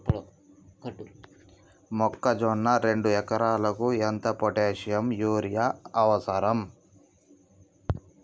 మొక్కజొన్న రెండు ఎకరాలకు ఎంత పొటాషియం యూరియా అవసరం?